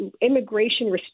immigration